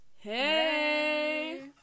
hey